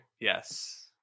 Yes